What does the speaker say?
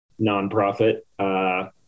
nonprofit